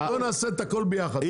בואו נעשה הכול ביחד.